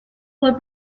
por